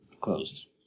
closed